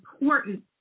important